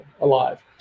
alive